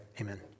Amen